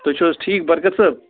تُہۍ چھُو حظ ٹھیٖک برکرت صٲب